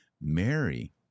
Mary